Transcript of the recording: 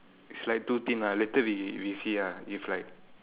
it's like too thin lah later we we see ah if like